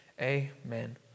Amen